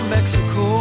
Mexico